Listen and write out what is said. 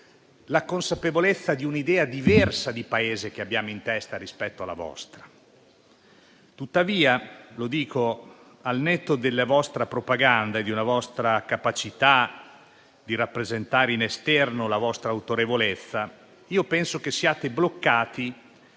la consapevolezza di un'idea di Paese che abbiamo in testa che è diversa dalla vostra. Tuttavia - lo dico al netto della vostra propaganda e di una vostra capacità di rappresentare in esterno la vostra autorevolezza - io penso che siate bloccati